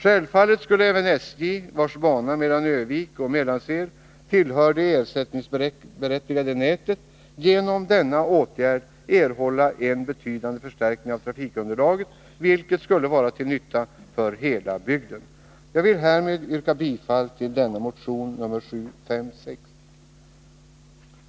Självfallet skulle även SJ, vars bana mellan Örnsköldsvik och Mellansel tillhör det ersättningsberättigade nätet, genom denna åtgärd erhålla en betydande förstärkning av trafikunderlaget, vilket skulle vara till nytta för hela bygden. Jag vill härmed yrka bifall till motion nr 756.